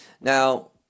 now